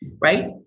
right